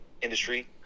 industry